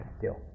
deal